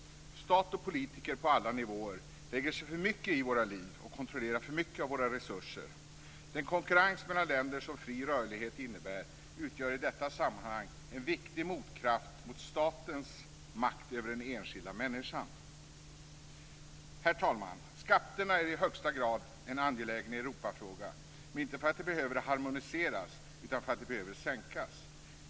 Stat och politiker på alla nivåer lägger sig för mycket i våra liv och kontrollerar för mycket av våra resurser. Den konkurrens mellan länder som fri rörlighet innebär utgör i detta sammanhang en viktig motkraft mot statens makt över den enskilda människan. Fru talman! Skatterna är i högsta grad en angelägen Europafråga, inte därför att de behöver harmoniseras utan därför att de behöver sänkas.